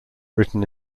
written